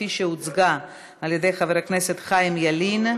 שהוצגה על-ידי חבר הכנסת חיים ילין.